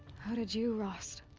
how did you, rost.